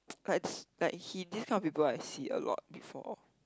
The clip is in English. like like he this kind of people I see a lot before